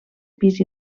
pis